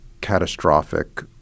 catastrophic